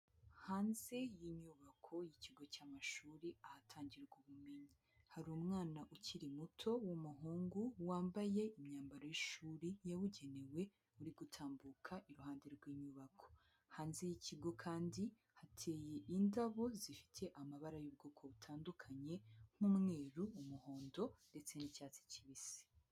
Hanze y'inyubako y'ikigo cy'amashuri ahatangirwa ubumenyi, hari umwana ukiri muto w'umuhungu wambaye imyambaro y'ishuri yabugenewe uri gutambuka iruhande rw'inyubako, hanze y'ikigo kandi hateye indabo zifite amabara y'ubwoko butandukanye nk'umweru, umuhondo ndetse n'icyatsi kibisi.